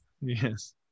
Yes